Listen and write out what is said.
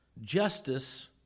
justice